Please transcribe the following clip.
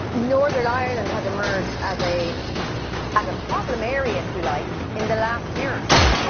northern ireland has emerged as a as a problem area, if you like, in the last year or so.